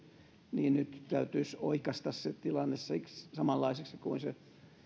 niin nyt täytyisi oikaista se tilanne samanlaiseksi kuin se